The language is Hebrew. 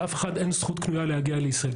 לאף אחד אין זכות קנויה להגיע לישראל.